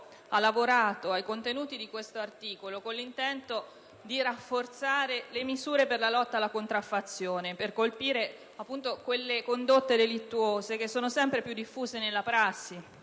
ha lavorato ai contenuti di questo articolo con l'intento di rafforzare le misure per la lotta alla contraffazione e per colpire quelle condotte delittuose che sono sempre più diffuse nella prassi,